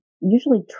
usually